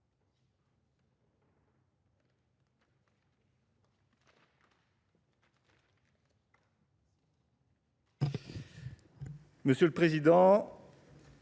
Monsieur le président,